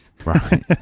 Right